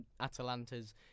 Atalanta's